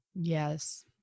Yes